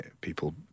people